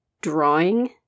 drawing